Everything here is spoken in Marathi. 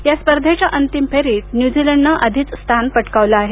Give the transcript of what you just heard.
या स्पर्धेच्या अंतिम फेरीत न्यूझीलंडन या आधीच स्थान पटकावलं आहे